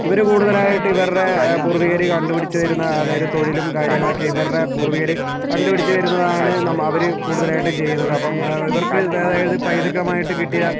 ഇവർ കൂടുതലായിട്ടും ഇവരുടെ പൂർവികർ കണ്ടുപിടിച്ച് വരുന്ന അതായത് തൊഴിലും കാര്യങ്ങളൊക്കെ ഇവരുടെ പൂർവികർ കണ്ടുപിടിച്ച് വരുന്നതാണ് നമ്മൾ അവർ കൂടുതലായിട്ടും ചെയ്യുന്നത് അപ്പം ഇവർക്ക് അതായത് പൈതൃകം ആയിട്ട് കിട്ടിയ